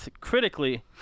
critically